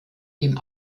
dem